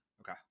Okay